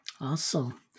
Awesome